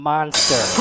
Monster